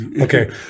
okay